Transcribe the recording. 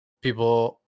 people